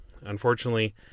Unfortunately